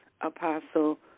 Apostle